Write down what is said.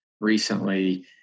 recently